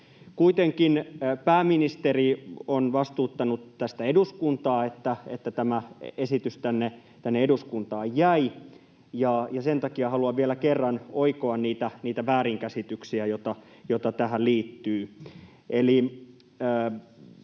Kuitenkin pääministeri on vastuuttanut tästä eduskuntaa, että tämä esitys tänne eduskuntaan jäi, ja sen takia haluan vielä kerran oikoa niitä väärinkäsityksiä, joita tähän liittyy,